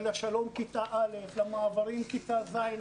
לשלום כיתה א', למעברים לכיתה ז'.